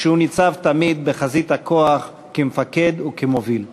כשהוא ניצב תמיד בחזית הכוח כמפקד וכמוביל.